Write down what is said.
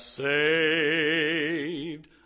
saved